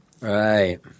Right